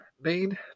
main